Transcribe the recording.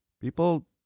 People